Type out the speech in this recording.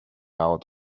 out